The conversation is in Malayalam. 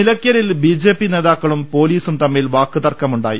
നിലയ്ക്കലിൽ ബിജെപി നേതാക്കളും പൊലീസും തമ്മിൽ വാക്കു തർക്കമുണ്ടായി